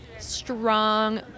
strong